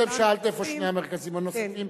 קודם שאלת איפה שני המרכזים הנוספים.